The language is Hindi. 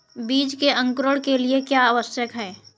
बीज के अंकुरण के लिए क्या आवश्यक है?